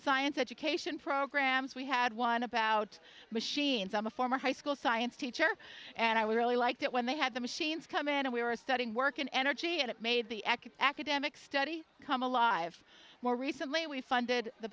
science education programs we had one about machines i'm a former high school science teacher and i we really liked it when they had the machines come in we were studying work in energy and it made the academic study come alive more recently we funded the